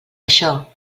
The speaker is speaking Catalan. això